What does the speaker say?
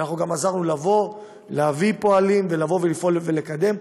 ואנחנו גם עזרנו להביא פועלים ולפעול ולקדם.